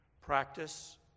practice